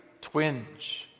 twinge